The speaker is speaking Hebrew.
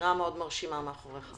סירה מאוד מרשימה מאחוריך.